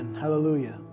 Hallelujah